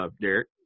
Derek